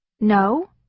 No